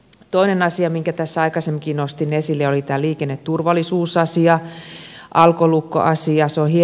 toinen asia minkä tässä aikaisemminkin nostin esille oli tämä liikenneturvallisuusasia alkolukkoasia